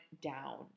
down